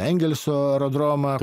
engelso aerodromą